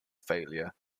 failure